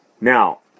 Now